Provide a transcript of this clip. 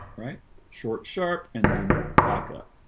right short sharp and then back up